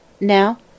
Now